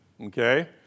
okay